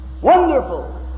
Wonderful